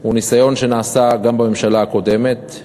הוא ניסיון שנעשה גם בממשלה הקודמת,